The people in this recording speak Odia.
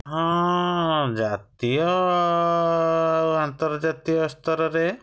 ହଁ ଜାତୀୟ ଆଉ ଆନ୍ତର୍ଜାତୀୟ ସ୍ତରରେ